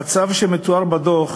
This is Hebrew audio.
המצב המתואר בדוח